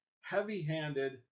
heavy-handed